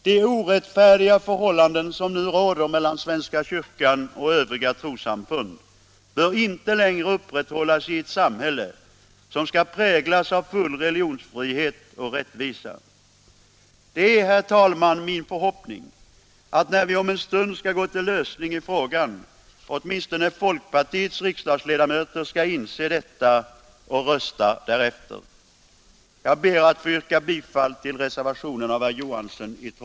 De orättfärdiga förhållanden som nu råder mellan svenska kyrkan och övriga trossamfund bör icke längre upprätthållas i ett samhälle som skall präglas av full religionsfrihet och rättvisa. Det är min förhoppning att när vi om en stund går till röstning i frågan skall åtminstone folkpartiets riksdagsledamöter inse detta och rösta därefter.